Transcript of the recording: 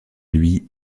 lui